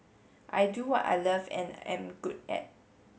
I do what I love and am good at